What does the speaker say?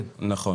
כן.